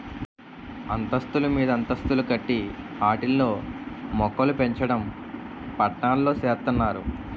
అంతస్తులు మీదంతస్తులు కట్టి ఆటిల్లో మోక్కలుపెంచడం పట్నాల్లో సేత్తన్నారు